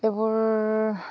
এইবোৰ